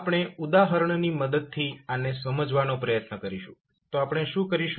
આપણે ઉદાહરણની મદદથી આને સમજવાનો પ્રયત્ન કરીશું તો આપણે શું કરીશું